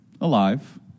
alive